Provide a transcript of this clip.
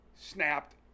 snapped